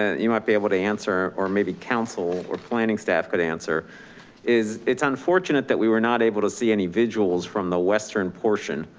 you might be able to answer, or maybe council or planning, staff could answer is it's unfortunate that we were not able to see any visuals from the western portion.